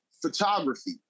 photography